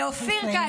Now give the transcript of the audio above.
צריך לסיים.